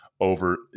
over